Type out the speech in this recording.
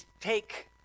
take